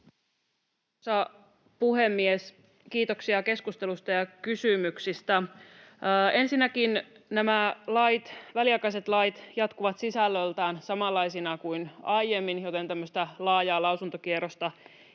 Arvoisa puhemies! Kiitoksia keskustelusta ja kysymyksistä. — Ensinnäkin nämä väliaikaiset lait jatkuvat sisällöltään samanlaisina kuin aiemmin, joten laajaa lausuntokierrosta